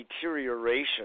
deterioration